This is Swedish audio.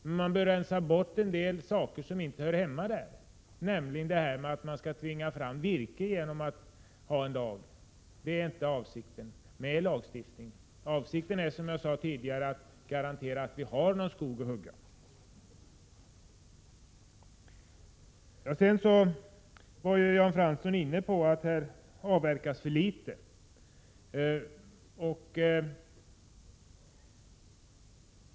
Men man bör rensa bort en del saker som inte hör hemma där, nämligen detta att man skall tvinga fram virke genom att ha en lag. Det är inte avsikten med lagstiftning, utan det är — som jag sade tidigare — att garantera att vi har någon skog att hugga. Sedan var Jan Fransson inne på att här avverkas för litet.